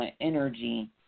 energy